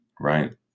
Right